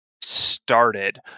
started